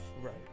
Right